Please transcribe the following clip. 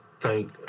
thank